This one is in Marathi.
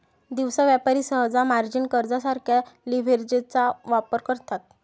दिवसा व्यापारी सहसा मार्जिन कर्जासारख्या लीव्हरेजचा वापर करतात